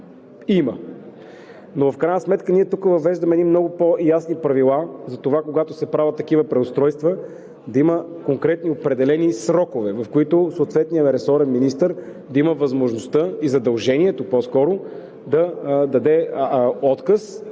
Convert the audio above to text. риск. Но в крайна сметка ние въвеждаме едни много по-ясни правила за това – когато се правят такива преустройства, да има конкретни определени срокове, в които съответният ресорен министър да има възможността и задължението по-скоро да даде отказ